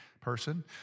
person